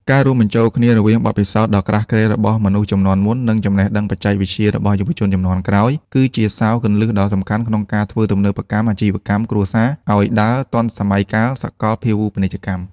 ការរួមបញ្ចូលគ្នារវាងបទពិសោធន៍ដ៏ក្រាស់ក្រែលរបស់មនុស្សជំនាន់មុន និងចំណេះដឹងបច្ចេកវិទ្យារបស់យុវជនជំនាន់ក្រោយ គឺជាសោរគន្លឹះដ៏សំខាន់ក្នុងការធ្វើទំនើបកម្មអាជីវកម្មគ្រួសារឱ្យដើរទាន់សម័យកាលសកលភាវូបនីយកម្ម។